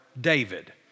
David